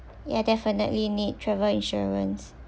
ya definitely need travel insurance